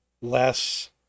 less